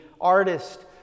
artist